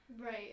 right